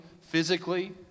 physically